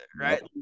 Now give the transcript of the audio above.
right